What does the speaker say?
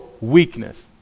weakness